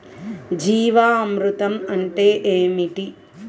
జీవామృతం అంటే ఏమిటి?